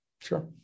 Sure